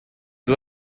due